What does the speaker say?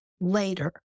later